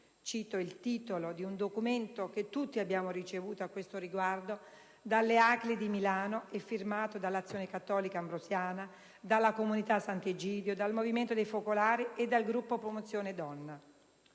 cito il titolo di un documento che tutti abbiamo ricevuto a questo riguardo dalle ACLI di Milano e firmato dall'Azione cattolica ambrosiana, dalla Comunità di Sant'Egidio, dal Movimento dei focolari e dal Gruppo promozione donna.